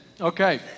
Okay